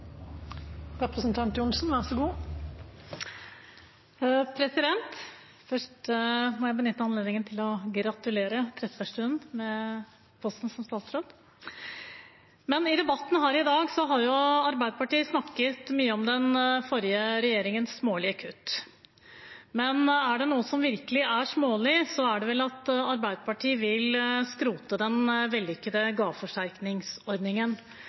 Først vil jeg benytte anledningen til å gratulere Anette Trettebergstuen med posten som statsråd. I debatten her i dag har Arbeiderpartiet snakket mye om den forrige regjeringens smålige kutt. Er det noe som virkelig er smålig, er det vel at Arbeiderpartiet vil skrote den vellykkede gaveforsterkningsordningen